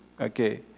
Okay